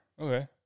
okay